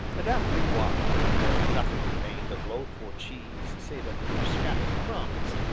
and after a while, when there nothing remained of loaf or cheese save a few scattered crumbs,